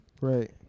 right